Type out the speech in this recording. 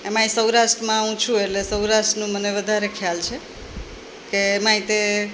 એમાંય સૌરાષ્ટ્રમાં હું છું એટલે સૌરાષ્ટ્રનો મને વધારે ખ્યાલ છે કે એમાંય તે